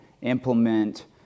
implement